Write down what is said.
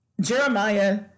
Jeremiah